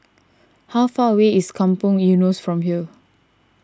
how far away is Kampong Eunos from here